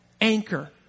anchor